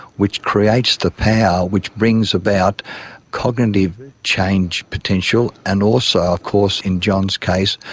which creates the power which brings about cognitive change potential and also of course, in john's case,